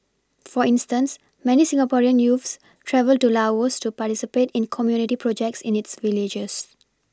for instance many Singaporean youths travel to Laos to participate in community projects in its villages